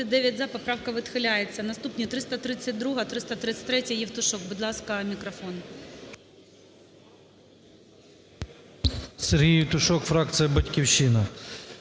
Сергій Євтушок, фракція "Батьківщина".